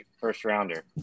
first-rounder